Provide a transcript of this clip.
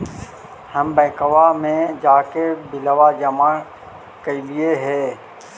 हम बैंकवा मे जाके बिलवा जमा कैलिऐ हे?